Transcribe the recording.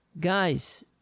Guys